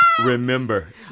remember